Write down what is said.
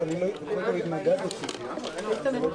אני רק אחדד את נושא העבודה